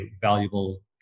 valuable